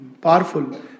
powerful